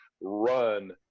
Run